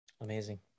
Amazing